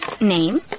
Name